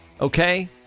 Okay